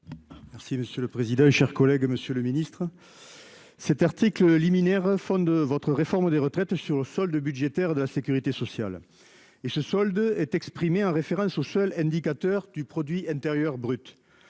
Merci monsieur le président. Chers collègues, Monsieur le Ministre. Cet article liminaire fond de votre réforme des retraites sur le solde budgétaire de la sécurité sociale et ce solde est exprimé en référence au seul indicateur du produit intérieur brut